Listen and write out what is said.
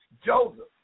Joseph